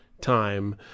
time